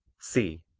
c.